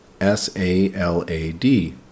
S-A-L-A-D